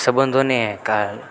સંબંધોને કા